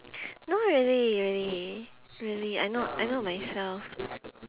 no really really really I know I know myself